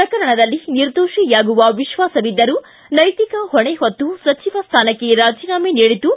ಪ್ರಕರಣದಲ್ಲಿ ನಿರ್ದೋಷಿಯಾಗುವ ವಿಶ್ವಾಸವಿದ್ದರೂ ನೈತಿಕ ಹೊಣೆ ಹೊತ್ತು ಸಚಿವ ಸ್ಯಾನಕ್ಕೆ ರಾಜೀನಾಮೆ ನೀಡಿದ್ದು